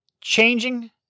changing